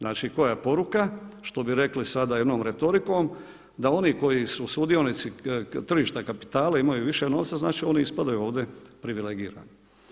Znači koja je poruka, što bi rekli sada jednom retorikom da oni koji su sudionici tržišta kapitala imaju više novca, znači oni ispadaju ovdje privilegirani.